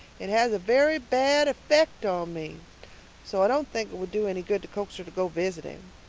it has a very bad effect on me so i don't think it would do any good to coax her to go visiting.